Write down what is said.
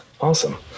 Awesome